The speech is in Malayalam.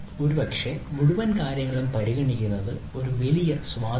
പക്ഷേ മുഴുവൻ കാര്യങ്ങളും പരിഗണിക്കുന്നത് ഒരു വലിയ സ്വാധീനമാണ്